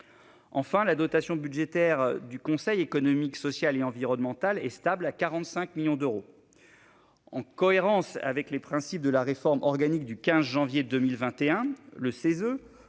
Enfin, la dotation budgétaire du Conseil économique, social et environnemental est stable, à 45 millions d'euros. En cohérence avec les principes de la réforme organique du 15 janvier 2021, le Cese,